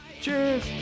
Cheers